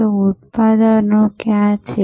તો ઉત્પાદન ક્યાં છે